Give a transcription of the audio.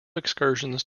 excursions